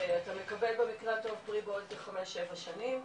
ואתה מקבל במקרה הטוב פרי בעוד חמש-שבע שנים.